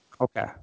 Okay